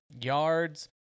yards